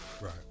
Right